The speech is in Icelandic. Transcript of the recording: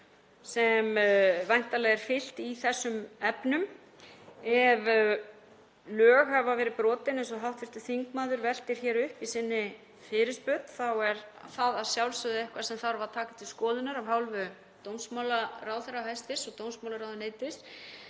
er væntanlega fylgt í þessum efnum. Ef lög hafa verið brotin, eins og hv. þingmaður veltir hér upp í sinni fyrirspurn, þá er það að sjálfsögðu eitthvað sem þarf að taka til skoðunar af hálfu hæstv. dómsmálaráðherra og dómsmálaráðuneytis.